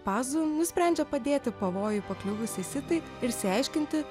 pazu nusprendžia padėti pavojų pakliuvusiai sitai ir išsiaiškinti